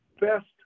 best